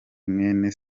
mwene